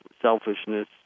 selfishness